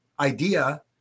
idea